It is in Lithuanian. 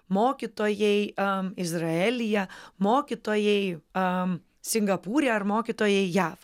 mokytojai am izraelyje mokytojai am singapūre ar mokytojai jav